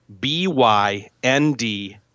B-Y-N-D